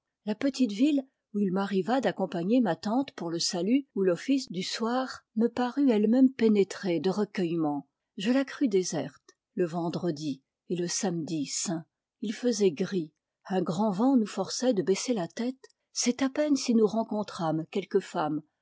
la petite ville où il m'arriva accppagnpr ma tante pphf le salut de l'office du soir me parut elle même pénétrée de recueillement je la crus déserte le vendredi et e spiedi aints il faisait gris un grand vent pous forçait de baisser la tête p'est à si nous rencontrâmes quelques femmes